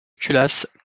culasse